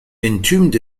entombed